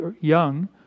young